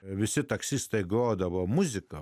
visi taksistai grodavo muziką